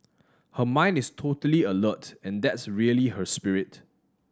her mind is totally alert and that's really her spirit